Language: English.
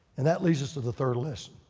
and that leads us to the third lesson.